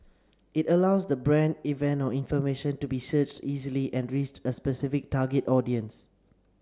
it allows the brand event or information to be searched easily and reach a specific target audience